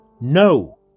No